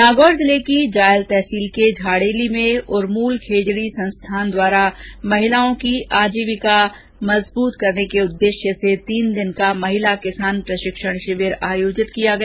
नागौर जिले की जायल तहसील के झाड़ेली मे उरमूल खेजड़ी संस्थान द्वारा महिलाओं की आजीविका सुद्रढ़ करने के उद्देश्य से तीन दिन का महिला किसान प्रशिक्षण शिविर आयोजित किया गया